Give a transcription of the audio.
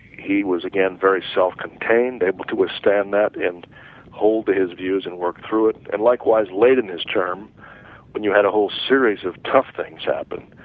he was again very self-contained, able to withstand that and hold his views and work through it and likewise late in his term when you had a whole series of tough things happened,